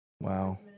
wow